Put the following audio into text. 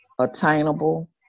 attainable